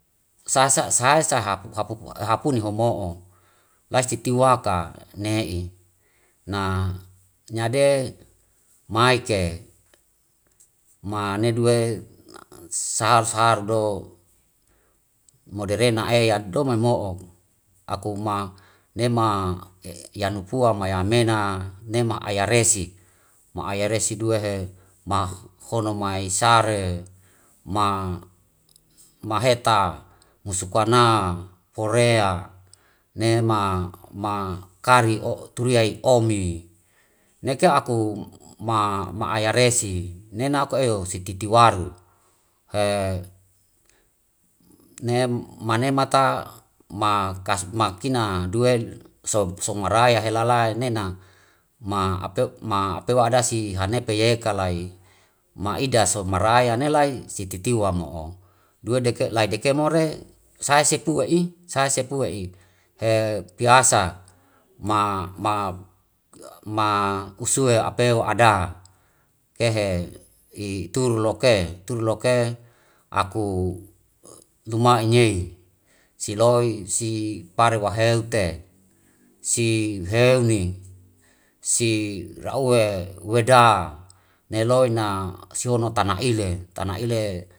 Sa sahae hapuni homo'o lai sitiwa ka ne'i. Na nyade maike ma ne due saharu saharu do moderena eya do momo'o akuma nema yanu pua ma yamena nema ayaresi, ma ayaresi due he mahono maisare maheta, musukana korea nema kari turi ai omi neke aku ma ayaresi nena aku eho sititiwaru he manemata makina due somaraya hela lae nena ma apeu adasi hane peye kalai ma ida so maraya ne lai sititiwa mo'o. Due deke lai deke more sai sepue'i, sai sepue'i he piyasa ma usue apewa ada kehe ituru loke, turu loke aku numa inye'i siloi si pare waheu te si heuni, si rau we weda neloi na sihono tana ile, tana ile.